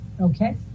Okay